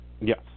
yes